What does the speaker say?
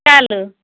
चलू